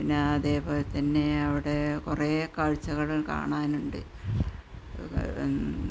പിന്നെ അതേപോലെ തന്നെ അവിടെ കുറേ കാഴ്ചകൾ കാണാനുണ്ട്